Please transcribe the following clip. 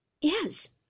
Yes